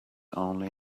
only